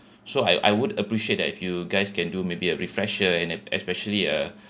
so I I would appreciate that if you guys can do maybe a refresher and especially uh